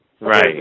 Right